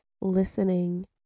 listening